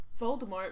Voldemort